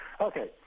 Okay